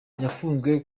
yafunzwe